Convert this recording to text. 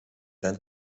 dan